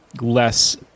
less